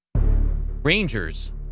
Rangers